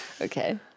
Okay